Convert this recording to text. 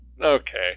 Okay